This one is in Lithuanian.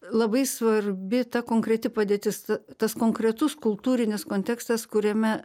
labai svarbi ta konkreti padėtis tas konkretus kultūrinis kontekstas kuriame